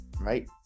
right